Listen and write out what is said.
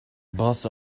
bus